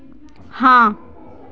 ਹਾਂ